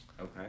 Okay